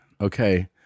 okay